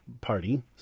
party